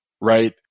right